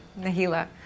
Nahila